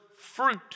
fruit